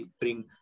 bring